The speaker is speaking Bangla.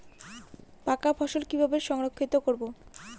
পাকা ফসল কিভাবে সংরক্ষিত করব?